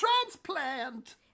transplant